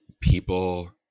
people